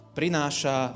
prináša